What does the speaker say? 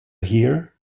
here